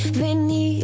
veni